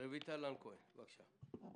רויטל לן-כהן, בבקשה.